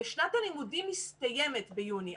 ושנת הלימודים מסתיימת ביוני.